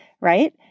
right